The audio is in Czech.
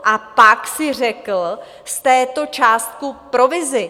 A pak si řekl z této částky provizi.